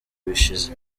bishize